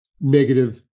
negative